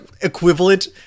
equivalent